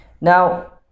now